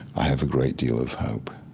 i have a great deal of hope